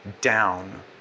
down